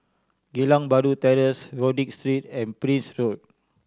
Geylang Bahru Terrace Rodyk Street and Prince Road